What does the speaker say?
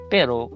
Pero